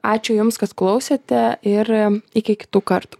ačiū jums kad klausėte ir iki kitų kartų